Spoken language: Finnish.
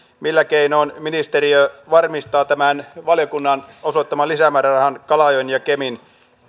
millä keinoin ministeriö varmistaa tämän valiokunnan osoittaman lisämäärärahan kalajoen ja kemin